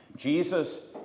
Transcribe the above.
Jesus